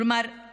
כלומר,